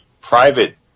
private